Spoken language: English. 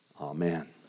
Amen